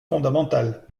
fondamentale